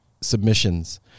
submissions